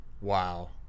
Wow